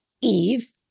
Eve